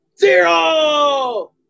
zero